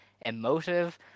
emotive